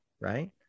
right